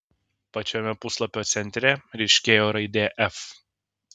pačiame puslapio centre ryškėjo raidė f